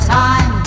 time